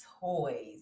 toys